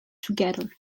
together